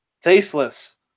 faceless